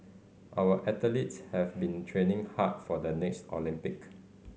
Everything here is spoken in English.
our athletes have been training hard for the next Olympic